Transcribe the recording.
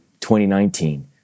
2019